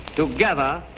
together,